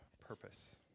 purpose